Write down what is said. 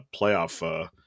playoff